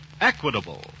Equitable